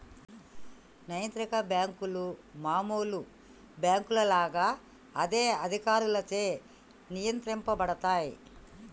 నైతిక బ్యేంకులు మామూలు బ్యేంకుల లాగా అదే అధికారులచే నియంత్రించబడతయ్